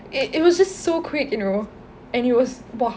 it it was just so quick you know and he was !wah!